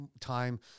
time